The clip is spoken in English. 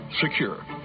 secure